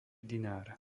dinár